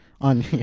on